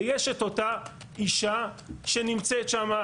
ויש את אותה אישה שנמצאת שם,